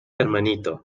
hermanito